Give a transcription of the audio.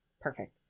Perfect